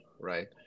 Right